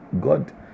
god